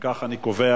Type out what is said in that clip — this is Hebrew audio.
אם כך, אני קובע